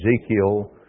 Ezekiel